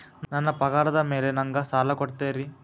ನನ್ನ ಪಗಾರದ್ ಮೇಲೆ ನಂಗ ಸಾಲ ಕೊಡ್ತೇರಿ?